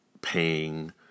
paying